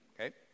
okay